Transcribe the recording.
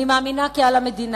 אני מאמינה כי על המדינה